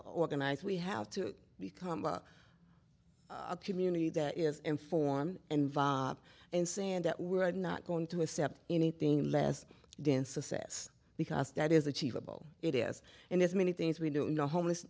organize we have to become a community that is informed and vav and saying that we're not going to accept anything less dense assess because that is achievable it is and there's many things we don't know homeless